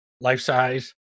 life-size